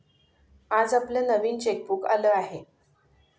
आज आपलं नवीन चेकबुक आलं आहे